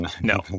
No